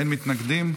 אין מתנגדים.